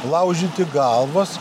laužyti galvas